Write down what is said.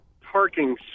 parking